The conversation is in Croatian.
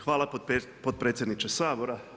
Hvala potpredsjedniče Sabora.